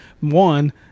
One